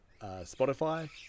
Spotify